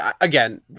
Again